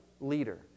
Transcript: leader